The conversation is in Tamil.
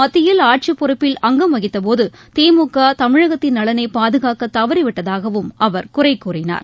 மத்தியில் ஆட்சிப் பொறுப்பில் அங்கம் வகித்த போது திமுக தமிழகத்தின் நலனை பாதுகாக்க தவறிவிட்டதாகவும் அவர் குறை கூறினார்